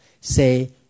say